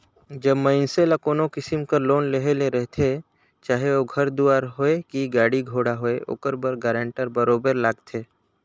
जब मइनसे ल कोनो किसिम कर लोन लेहे ले रहथे चाहे ओ घर दुवार होए कि गाड़ी घोड़ा होए ओकर बर गारंटर बरोबेर लागथे